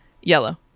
Yellow